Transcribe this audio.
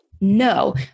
No